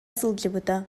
сылдьыбыта